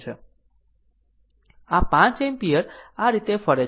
આ 5 એમ્પીયર આ રીતે ફરે છે